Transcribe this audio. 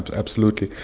but absolutely.